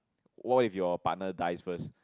what if your partner dies first